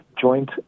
joint